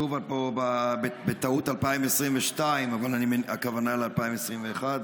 כתוב פה בטעות 2022 אבל הכוונה היא ל-2021,